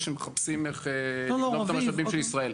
שמחפשים איך לגנוב את המשאבים של ישראל.